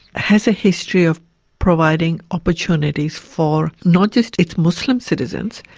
has a history of providing opportunities for not just its muslim citizens,